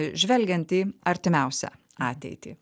žvelgiant į artimiausią ateitį